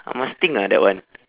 I must think ah that one